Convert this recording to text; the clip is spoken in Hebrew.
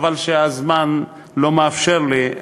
חבל שהזמן לא מאפשר לי,